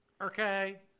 Okay